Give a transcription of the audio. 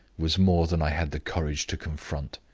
was more than i had the courage to confront.